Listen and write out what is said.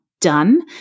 done